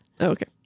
Okay